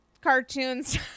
cartoons